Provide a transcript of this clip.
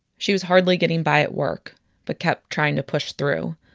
she was hardly getting by at work but kept trying to push through.